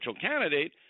candidate